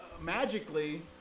magically